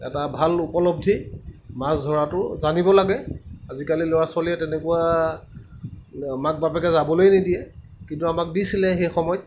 এটা ভাল উপলব্ধি মাছ ধৰাটো জানিব লাগে আজিকালিৰ ল'ৰা ছোৱালীয়ে তেনেকুৱা মাক বাপেকে যাবলৈয়ে নিদিয়ে কিন্তু আমাক দিছিলে সেই সময়ত